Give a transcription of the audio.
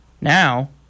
now